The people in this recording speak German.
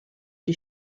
die